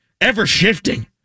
ever-shifting